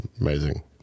amazing